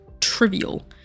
trivial